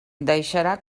deixarà